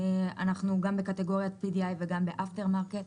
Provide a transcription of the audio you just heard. אנחנו גם בקטגוריית PDI וגם באפטר-מרקט.